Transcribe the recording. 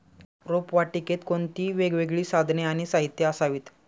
रोपवाटिकेत कोणती वेगवेगळी साधने आणि साहित्य असावीत?